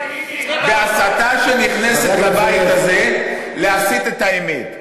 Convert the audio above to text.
בהסתה שנכנסת לבית הזה להסיט את האמת.